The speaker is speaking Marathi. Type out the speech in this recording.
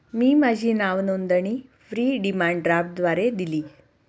मी माझी नावनोंदणी फी डिमांड ड्राफ्टद्वारे दिली